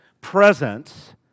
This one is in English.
presence